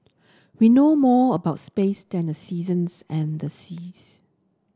we know more about space than the seasons and the seas